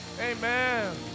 Amen